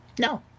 No